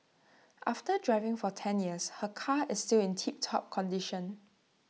after driving for ten years her car is still in tiptop condition